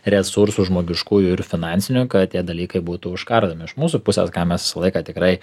resursų žmogiškųjų ir finansinių kad tie dalykai būtų užkardomi iš mūsų pusės ką mes visą laiką tikrai